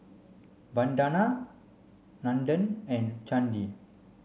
Vandana Nandan and Chandi